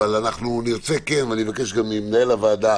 אבל אני מבקש גם ממנהל הוועדה